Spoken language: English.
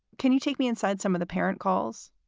can you take me inside some of the parent calls?